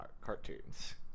cartoons